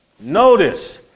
Notice